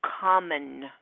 common